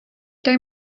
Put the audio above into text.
tak